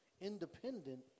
independent